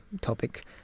topic